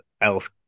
else